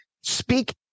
speak